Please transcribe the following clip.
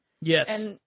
Yes